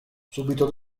subito